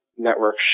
network